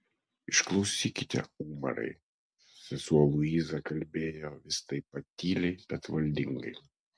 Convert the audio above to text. išklausykite umarai sesuo luiza kalbėjo vis taip pat tyliai bet valdingai